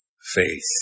faith